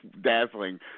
dazzling